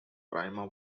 prima